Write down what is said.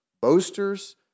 boasters